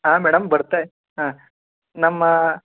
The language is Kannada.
ಹಾಂ ಮೇಡಮ್ ಬರ್ತಾ ಹಾಂ ನಮ್ಮ